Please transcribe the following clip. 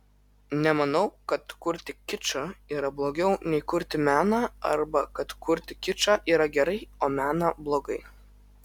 nemanau kad kurti kičą yra blogiau nei kurti meną arba kad kurti kičą yra gerai o meną blogai